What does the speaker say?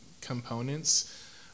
components